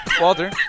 Walter